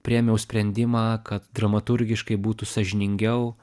priėmiau sprendimą kad dramaturgiškai būtų sąžiningiau